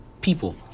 people